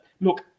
look